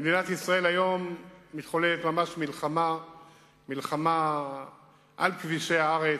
במדינת ישראל היום מתחוללת ממש מלחמה על כבישי הארץ,